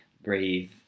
breathe